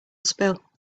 spill